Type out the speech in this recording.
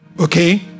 Okay